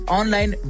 online